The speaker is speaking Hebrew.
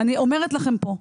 אני אומרת לכם פה,